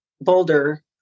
Boulder